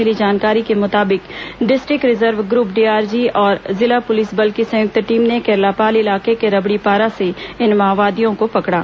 मिली जानकारी के मुताबिक डिस्ट्रिक्ट रिजर्व ग्रूप डीआरजी और जिला पुलिस बल की संयुक्त टीम ने केरलापाल इलाके के रबड़ीपारा से इन माओवादियों को पकड़ा